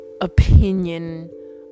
opinion